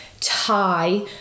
tie